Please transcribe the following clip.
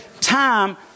time